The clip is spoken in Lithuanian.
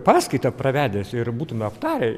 paskaitą pravedęs ir būtume aptarę